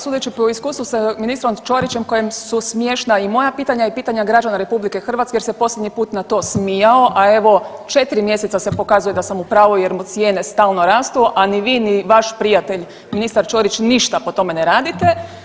Sudeći po iskustvu sa ministrom Ćorićem kojem su smiješna i moja pitanja i pitanja građana RH jer se posljednji put na to smijao, a evo četiri mjeseca se pokazuje da sam u pravu jer mu cijenu stalno rastu, a ni vi ni vaš prijatelj ministar Ćorić ništa po tome ne radite.